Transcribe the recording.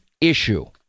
issue